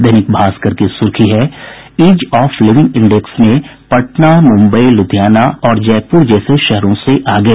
दैनिक भास्कर की सुर्खी है इज ऑफ लिविंग इंडेक्स में पटना मुम्बई लुधियाना और जयपुर जैसे शहरों से आगे